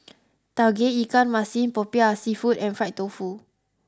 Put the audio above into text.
Tauge Ikan Masin Popiah Seafood and Fried Tofu